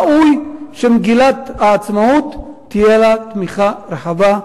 ראוי שמגילת העצמאות תהיה לה תמיכה רחבה,